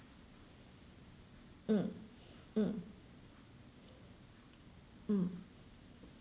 mm mm mm